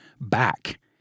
back